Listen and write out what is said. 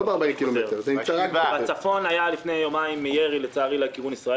לצערי, בצפון היה לפני יומיים ירי לכיוון ירי.